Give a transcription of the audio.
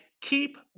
keep